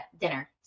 dinner